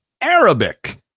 Arabic